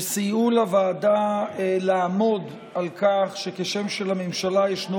שסייעו לוועדה לעמוד על כך שכשם שלממשלה ישנו